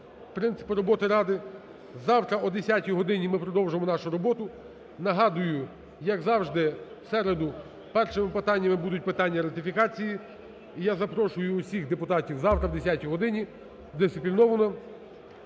принципи роботи Ради. Завтра о 10-й годині ми продовжимо нашу роботу. Нагадую, як завжди, в середу першими питаннями будуть питання ратифікації. І я запрошую всіх депутатів завтра о 10-й годині дисципліновано